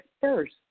first